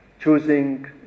choosing